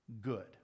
good